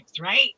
right